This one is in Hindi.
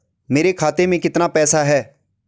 मेरे खाते में कितना पैसा है?